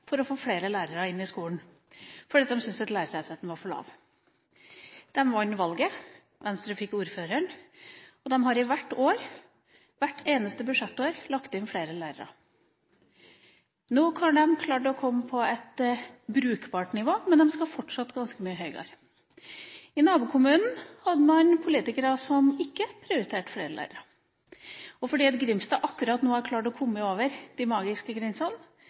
for å få flere lærere inn i skolen, fordi de syntes at lærertettheten var for lav. De vant valget. Venstre fikk ordføreren, og de har hvert eneste budsjettår lagt inn flere lærere. Nå har de klart å komme opp på et brukbart nivå, men de skal fortsatt ganske mye høyere. I nabokommunen hadde man politikere som ikke prioriterte flere lærere. Og fordi Grimstad akkurat nå har klart å komme over de magiske grensene,